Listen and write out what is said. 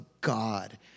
God